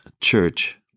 church